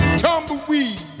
tumbleweed